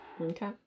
Okay